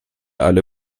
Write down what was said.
alle